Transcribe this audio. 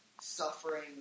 suffering